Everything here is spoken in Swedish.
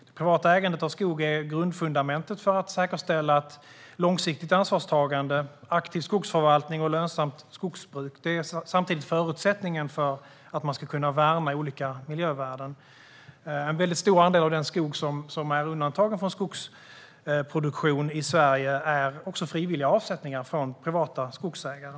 Det privata ägandet av skogen är ett grundfundament för att säkerställa att långsiktigt ansvarstagande, aktiv skogsförvaltning och lönsamt skogsbruk samtidigt är förutsättningar för att man ska kunna värna olika miljövärden. En väldigt stor andel av den skog som i Sverige är undantagen från skogsproduktion är också frivilliga avsättningar från privata skogsägare.